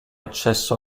accesso